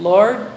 Lord